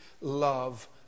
love